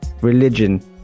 religion